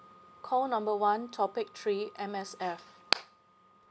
call number one topic three M_S_F